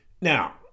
Now